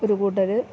ഒരു കൂട്ടർ